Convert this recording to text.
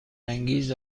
انگیز